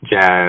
jazz